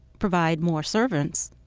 provide more servants.